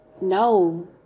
no